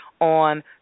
on